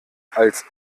als